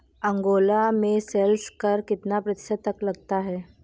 Angola में sales कर कितना प्रतिशत तक लगता है?